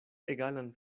egalan